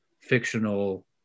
fictional